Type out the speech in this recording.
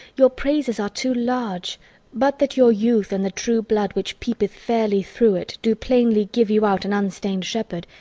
your praises are too large but that your youth, and the true blood which peeps fairly through it, do plainly give you out an unstained shepherd,